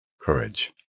Courage